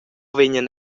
vegnan